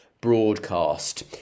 broadcast